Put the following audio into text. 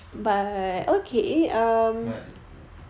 but